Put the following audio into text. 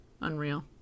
Unreal